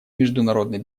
международной